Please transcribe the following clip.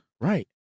right